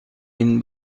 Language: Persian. این